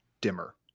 dimmer